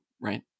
right